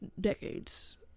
decades